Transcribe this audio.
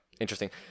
interesting